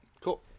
Cool